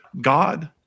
God